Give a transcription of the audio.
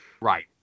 Right